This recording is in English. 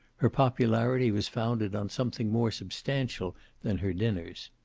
her popularity was founded on something more substantial than her dinners.